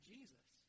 Jesus